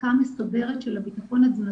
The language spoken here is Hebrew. סוגית הנגישות של ספקי המזון